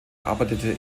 arbeitete